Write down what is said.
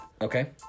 Okay